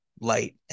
light